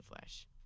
flesh